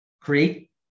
create